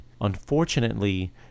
Unfortunately